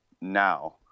now